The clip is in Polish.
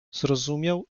zrozumiał